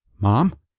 mom